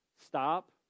stop